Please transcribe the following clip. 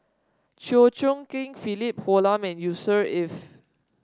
Chew Choo Keng Philip Hoalim and Yusnor Ef